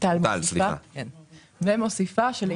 ועכשיו המוסדיים